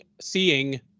seeing